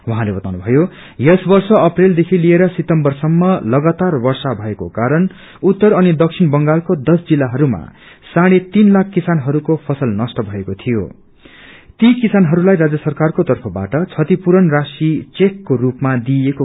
उहाँले बताउनु भयो यस वर्ष अप्रेलदेखि लिएर सितम्बरसम्म लगातार वर्षा भयो जसद्वारा उत्तर अनि दक्षिण बंगालका दश जिल्लाहरूमा साँढे तीन लाख किसानहरूको फसल नष्ट भएको थियो ती किसानहरूलाई राज्य सरकारको तर्फबाट क्षतिपूरण राशीको चेक वितरण गरिसकेको छ